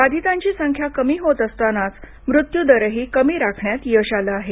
बाधितांची संख्या कमी होत असतानाच मृत्युदरही कमी राखण्यात यश आलं आहे